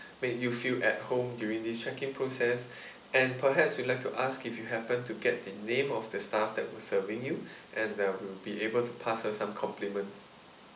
make you feel at home during this check-in process and perhaps I'd like to ask if you happen to get the name of the staff that were serving you and uh we'll be able to pass her some compliments